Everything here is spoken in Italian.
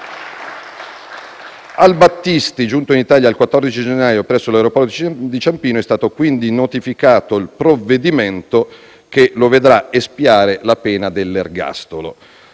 Al Battisti, giunto in Italia il 14 gennaio presso l'aeroporto di Ciampino, è stato quindi notificato il provvedimento che lo vedrà espiare la pena dell'ergastolo.